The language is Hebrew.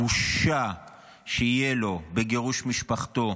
הבושה שתהיה לו בגירוש משפחתו,